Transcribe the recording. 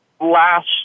last